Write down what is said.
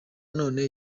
none